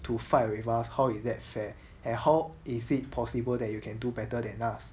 to fight with us how is that fair and how is it possible that you can do better than us